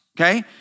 okay